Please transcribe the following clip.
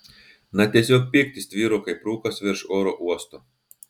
na tiesiog pyktis tvyro kaip rūkas virš oro uosto